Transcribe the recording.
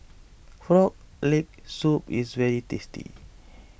Frog Leg Soup is very tasty